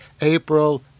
April